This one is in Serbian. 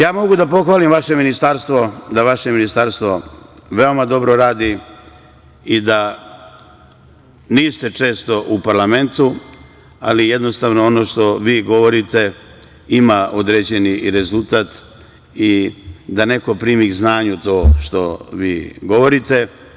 Mogu da pohvalim vaše ministarstvo, da vaše ministarstvo veoma dobro radi i da niste često u parlamentu, ali jednostavno ono što vi govorite ima određeni rezultat i da neko primi k znanju to što vi govorite.